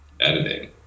editing